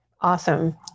Awesome